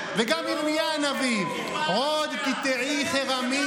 ויריעות משכנותַיִךְ יטו אל תחשֹׂכִי"; כי ימין